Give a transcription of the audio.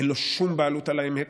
אין לו שום בעלות על האמת,